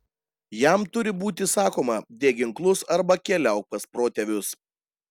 jam turi būti sakoma dėk ginklus arba keliauk pas protėvius